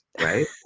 right